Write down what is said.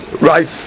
right